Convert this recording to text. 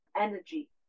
energy